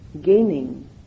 gaining